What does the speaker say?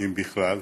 אם בכלל,